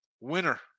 Winner